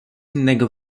innego